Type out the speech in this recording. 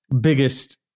biggest